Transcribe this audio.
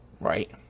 Right